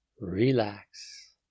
relax